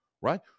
right